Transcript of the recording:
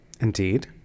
Indeed